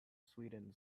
sweden